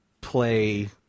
play